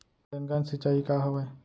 Rain gun सिंचाई का हवय?